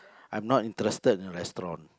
I'm not interested in restaurant